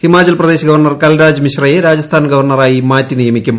Himachal Pradesh governor Kalraj മിശ്രയെ രാജസ്ഥാൻ ഗവർണറായി മാറ്റി നിയമിക്കും